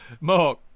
mark